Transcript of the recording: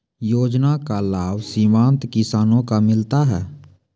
योजना का लाभ सीमांत किसानों को मिलता हैं?